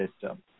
system